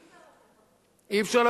אי-אפשר.